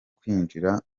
kwinjira